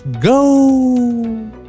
go